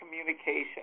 communication